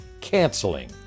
canceling